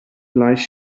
gleich